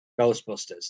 Ghostbusters